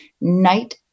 night